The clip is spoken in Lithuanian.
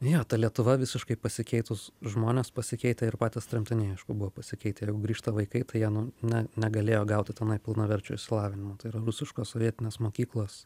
nu jo ta lietuva visiškai pasikeitus žmonės pasikeitę ir patys tremtiniai aišku buvo pasikeitę jeigu grįžta vaikai tai jie nu na negalėjo gauti tenai pilnaverčio išsilavinimo tai yra rusiškos sovietinės mokyklos